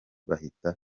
bahita